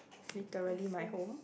literally my home